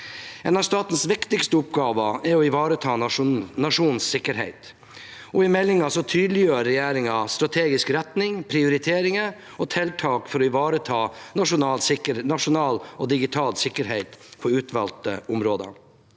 En av statens viktigste oppgaver er å ivareta nasjonens sikkerhet, og i meldingen tydeliggjør regjeringen strategisk retning, prioriteringer og tiltak for å ivareta nasjonal og digital sikkerhet på utvalgte områder.